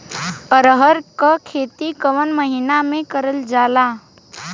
अरहर क खेती कवन महिना मे करल जाला?